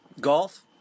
golf